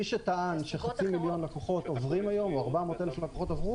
מי שטען שחצי מיליון לקוחות עוברים היום או 400,000 לקוחות עברו,